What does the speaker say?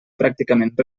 pràcticament